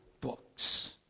books